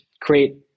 create